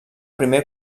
primer